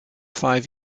five